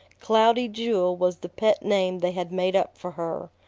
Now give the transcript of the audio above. cloudy jewel was the pet name they had made up for her.